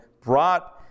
brought